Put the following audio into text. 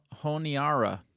Honiara